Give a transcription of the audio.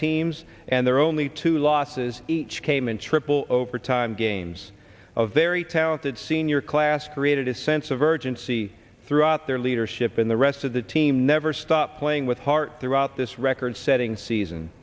teams and their only two losses each came in triple overtime games of very talented senior class created a sense of urgency throughout their leadership in the rest of the team never stopped playing with heart throughout this record setting season